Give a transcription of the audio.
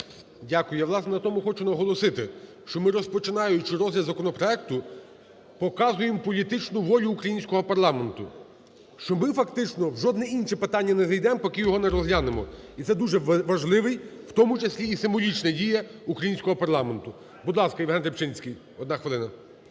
власне, на тому хочу наголосити, що ми, розпочинаючи розгляд законопроекту, показуємо політичну волю українського парламенту, що ми фактично жодне інше питання не знайдемо, поки його не розглянемо. І це дуже важлива, в тому числі і символічна дія українського парламенту. Будь ласка, Євген Рибчинський, 1 хвилина.